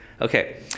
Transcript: Okay